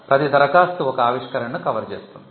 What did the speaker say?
ప్రతి దరఖాస్తు ఒక ఆవిష్కరణను కవర్ చేస్తుంది